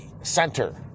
center